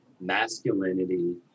masculinity